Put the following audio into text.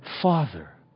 father